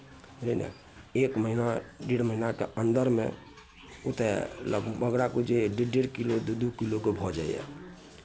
छै ने ई एक महिना डेढ़ महिनाके अन्दरमे ओ तऽ लगभग राखू जे डेढ़ डेढ़ किलो दू दू किलोके भऽ जाइए